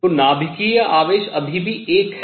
तो नाभिकीय आवेश अभी भी 1 है